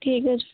ঠিক আছে